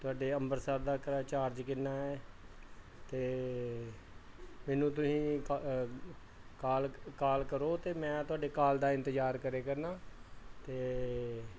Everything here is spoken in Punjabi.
ਤੁਹਾਡੇ ਅੰਬਰਸਰ ਦਾ ਕਿਰਾਇਆ ਚਾਰਜ ਕਿੰਨਾ ਹੈ ਅਤੇ ਮੈਨੂੰ ਤੁਸੀਂ ਕ ਕਾਲ ਕਾਲ ਕਰੋ ਅਤੇ ਮੈਂ ਤੁਹਾਡੇ ਕਾਲ ਦਾ ਇੰਤਜ਼ਾਰ ਕਰਿਆ ਕਰਦਾ ਅਤੇ